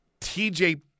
TJ